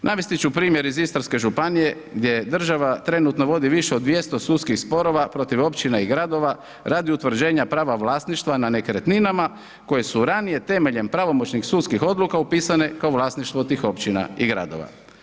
Navesti ću primjer iz Istarske županije gdje država trenutno vodi više od 200 sudskih sporova protiv općina i gradova radi utvrđenja prava vlasništva na nekretninama koje su ranije temeljem pravomoćnih sudskih odluka upisane kao vlasništvo tih općina i gradova.